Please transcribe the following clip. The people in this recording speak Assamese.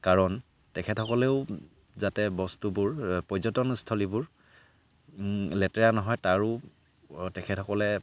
কাৰণ তেখেতসকলেও যাতে বস্তুবোৰ পৰ্যটনস্থলীবোৰ লেতেৰা নহয় তাৰো তেখেতসকলে